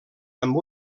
amb